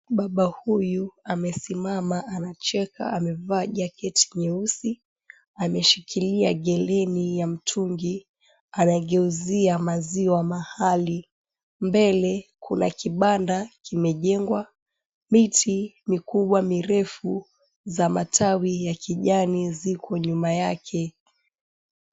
Baba huyu amesimama anacheka amevaa jacket nyeusi, ameshikilia geleni ya mtungi, anageuzia maziwa mahali. Mbele, kuna kibanda kimejengwa. Miti mikubwa mirefu za matawi ya kijani ziko nyuma yake.